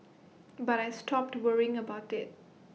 but I stopped to worrying about IT